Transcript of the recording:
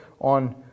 on